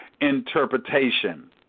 Interpretation